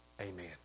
Amen